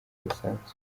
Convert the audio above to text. basanzwe